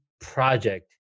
project